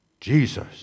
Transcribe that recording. Jesus